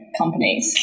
companies